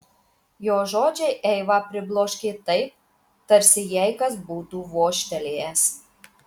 jo žodžiai eivą pribloškė taip tarsi jai kas būtų vožtelėjęs